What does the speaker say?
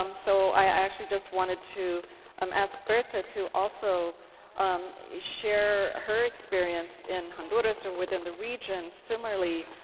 um so i actually just wanted to um ask bertha to also um share her experience in honduras, or within the region, similarly,